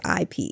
IP